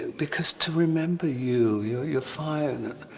because to remember you, you're you're five.